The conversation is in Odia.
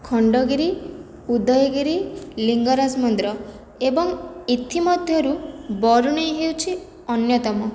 ଖଣ୍ଡଗିରି ଉଦୟଗିରି ଲିଙ୍ଗରାଜ ମନ୍ଦିର ଏବଂ ଏଥିମଧ୍ୟରୁ ବରୁଣେଇ ହେଉଛି ଅନ୍ୟତମ